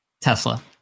Tesla